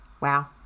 Wow